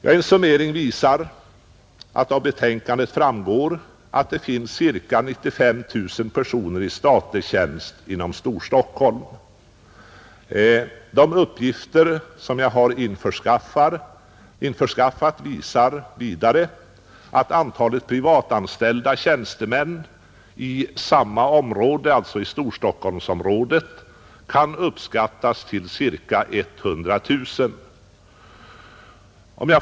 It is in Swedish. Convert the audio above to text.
Av en summering i utskottsbetänkandet framgår att det finns ca 95 000 personer i statlig tjänst inom Storstockholm, De uppgifter som jag privat har införskaffat visar vidare att antalet privatanställda tjänstemän i samma område kan uppskattas till ca 100 000.